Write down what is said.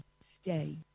stay